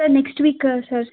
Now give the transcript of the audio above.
sir next week sir